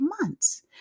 months